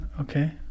Okay